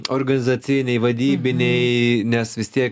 organizaciniai vadybiniai nes vis tiek